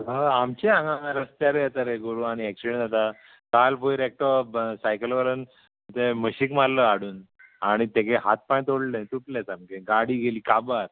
हय आमचें हांगा हांगा रस्त्यार येता रे गोरवां आनी एक्सिडंट जाता काल पयर एकटो सायकलवाल्यान ते म्हशीक मारलो हाडून आनी तेगे हात पांय तोडले तुटले सामके गाडी गेली काबार